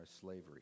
slavery